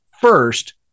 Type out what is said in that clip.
first